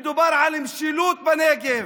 כולכם שותפים להריסת הבתים בנגב.